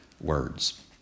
words